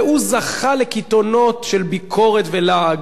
והוא זכה לקיתונות של ביקורת ולעג.